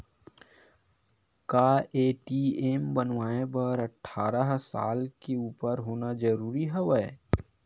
का ए.टी.एम बनवाय बर अट्ठारह साल के उपर होना जरूरी हवय?